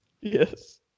Yes